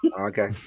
okay